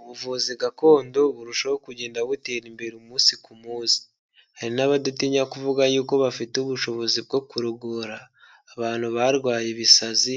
Ubuvuzi gakondo burushaho kugenda butera imbere umunsi ku munsi. Hari n'abadatinya kuvuga yuko bafite ubushobozi bwo kurogora abantu barwaye ibisazi